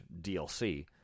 DLC